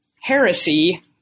heresy